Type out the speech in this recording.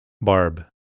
Barb